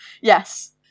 Yes